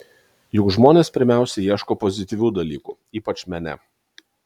juk žmonės pirmiausia ieško pozityvių dalykų ypač mene